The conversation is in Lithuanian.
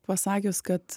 pasakius kad